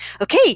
Okay